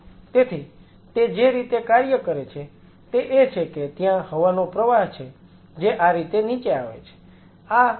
તેથી તે જે રીતે કાર્ય કરે છે તે એ છે કે ત્યાં હવાનો પ્રવાહ છે જે આ રીતે નીચે આવે છે